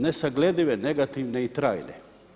Nesagledive, negativne i trajne.